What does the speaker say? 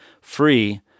free